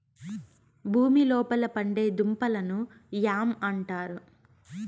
భూమి లోపల పండే దుంపలను యామ్ అంటారు